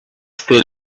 still